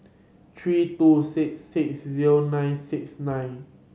three two six six zero nine six nine